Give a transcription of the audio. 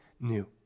new